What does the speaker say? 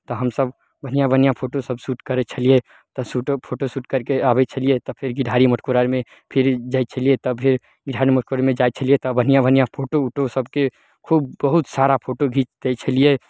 तऽ हमसभ बढ़िआँ बढ़िआँ फोटो सभ सूट करय छलियै तऽ सूटो फोटो सूट करके आबय छलियै तऽ फेर घीढ़ारी मटकोर आरमे फिर जाइ छलियै तभे जन्मोत्सवमे जाइ छलियै तऽ बढ़िआँ बढ़िआँ फोटो उटो सभके खूब बहुत सारा फोटो घीच दै छलियै